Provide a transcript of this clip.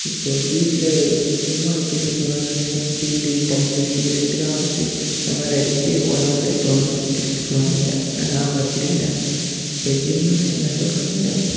இப்போது வீட்டில் சும்மா சுற்றிட்டு இருக்கறவங்க பீடி தம்மு சிகரெட்டு ஹான்ஸு இந்தமாதிரி அடித்து உடம்ப கெடுத்துவானுங்க கெடுத்துக்குவானுங்க ஆனால் நாங்கள் அப்படி இல்லை இப்போ ஜிம்முனால் என்ன சொல்கிறது